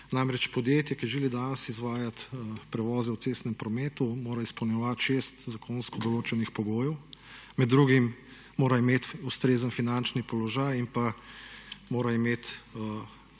Namreč podjetje, ki želi danes izvajati prevoze v cestnem prometu mora izpolnjevati šest zakonsko določenih pogojev, med drugim mora imeti ustrezen finančni položaj in pa mora imeti